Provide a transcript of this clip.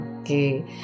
Okay